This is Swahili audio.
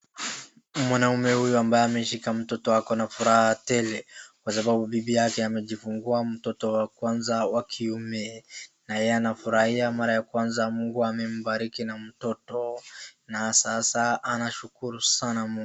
Mwanaume huyu ambaye ameshika mtoto akona furaha tele kwa sababu bibi yake amejifungua mtoto wa kwanza wa kiume na yeye anafurahia mara ya kwanza Mungu amembariki na mtoto na sasa anashukuru sana Mungu.